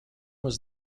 was